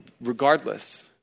regardless